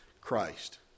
Christ